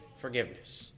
forgiveness